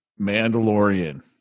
Mandalorian